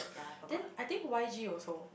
then I think Y_G also